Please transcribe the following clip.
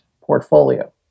portfolio